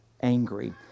angry